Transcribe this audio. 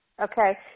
Okay